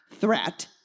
threat